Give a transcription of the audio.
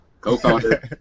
Co-founder